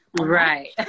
right